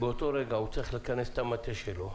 באותו רגע הוא צריך לכנס את המטה שלו.